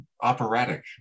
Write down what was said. operatic